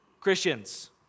Christians